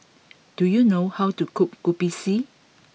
do you know how to cook Kopi C